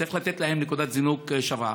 צריך לתת להם נקודת זינוק שווה.